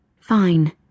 Fine